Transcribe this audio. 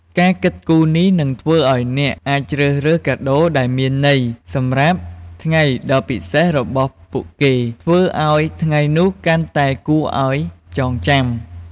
ការគិតគូរនេះនឹងធ្វើឱ្យអ្នកអាចជ្រើសរើសកាដូដែលមានន័យ សម្រាប់ថ្ងៃដ៏ពិសេសរបស់ពួកគេ ធ្វើឲ្យថ្ងៃនោះកាន់តែគួរឱ្យចងចាំ។